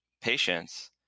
patients